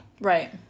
right